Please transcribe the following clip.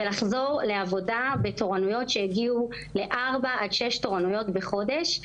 ולחזור לעבודה בתורנויות שהגיעו לארבע עד שש תורנויות בחודש.